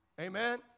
Amen